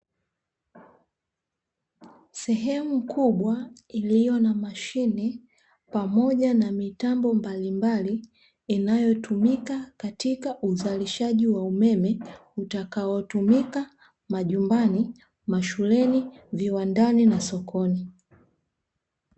Sehemu kubwa iliyo na mashine pamoja na mitambo mbalimbali inayotumika katika uzalishaji wa umeme utakaotumika majumbani, mashuleni, viwandani na sokoni.